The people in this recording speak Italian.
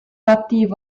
attivo